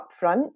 Upfront